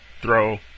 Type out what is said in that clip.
throw